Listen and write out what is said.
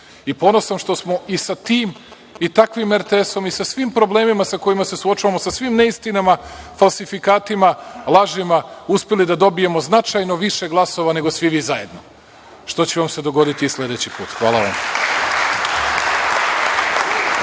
i ponosan sam što smo i sa tim i takvim RTS i sa svim problemima sa kojima se suočavamo, sa svim neistinama, falsifikatima, lažima uspeli da dobijemo značajno više glasova nego svi vi zajedno, što će vam se dogoditi i sledeći put. Hvala.(Milan